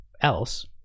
else